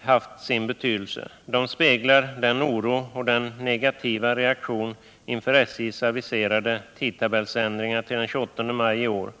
haft sin betydelse, eftersom de speglar vår oro och vår negativa reaktion inför SJ:s aviserade tidtabellsändringar till den 28 maj i år.